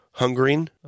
Hungering